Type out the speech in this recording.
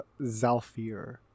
zalfir